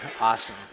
Awesome